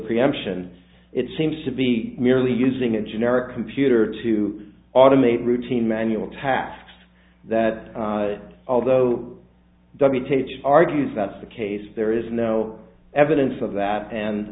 preemption it seems to be merely using a generic computer to automate routine manual tasks that although dummy teach argues that's the case there is no evidence of that and